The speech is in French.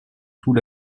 tout